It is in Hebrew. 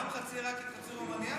אורנה, את גם חצי עיראקית חצי רומנייה?